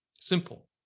Simple